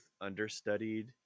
understudied